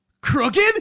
crooked